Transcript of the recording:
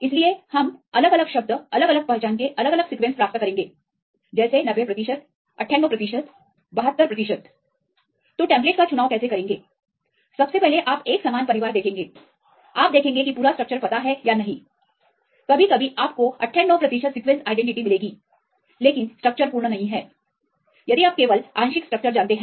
इसलिए हम अलग अलग शब्द अलग अलग पहचान के अलग अलग सीक्वेंस प्राप्त करेंगे जैसे 90प्रतिशत 98प्रतिशत 72प्रतिशत तो टेंप्लेट का चुनाव कैसे करेंगे सबसे पहले आप एक समान परिवार देखेंगे आप देखेंगे कि पूरा स्ट्रक्चर पता है या नहीं कभी कभी आपको 98प्रतिशत सीक्वेंसआईडेंटिटी मिलेगी लेकिन स्ट्रक्चर पूर्ण नहीं है यदि आप केवल आंशिक स्ट्रक्चर जानते हैं